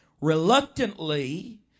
reluctantly